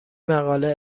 مقاله